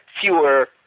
fewer